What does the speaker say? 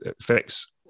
affects